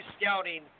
scouting